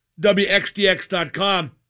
WXDX.com